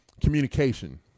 communication